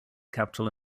capital